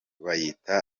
bayita